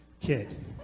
kid